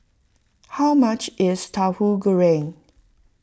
how much is Tauhu Goreng